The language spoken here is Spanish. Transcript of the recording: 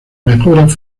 mejoras